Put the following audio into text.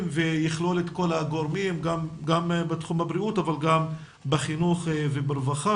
ויכלול את כל הגורמים גם בתחום הבריאות אבל גם בחינוך וברווחה